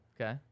okay